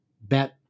bet